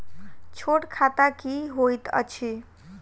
छोट खाता की होइत अछि